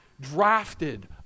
drafted